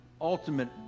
ultimate